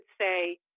say